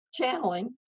channeling